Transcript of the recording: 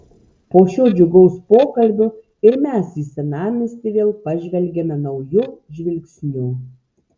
po šio džiugaus pokalbio ir mes į senamiestį vėl pažvelgiame nauju žvilgsniu